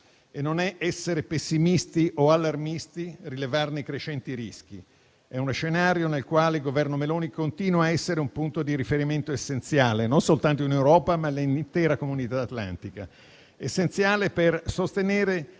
e non è essere pessimisti o allarmisti rilevarne i crescenti rischi. È uno scenario nel quale il Governo Meloni continua a essere un punto di riferimento essenziale, non soltanto in Europa, ma nell'intera comunità atlantica; essenziale per sostenere